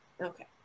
Okay